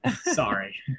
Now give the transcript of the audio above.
Sorry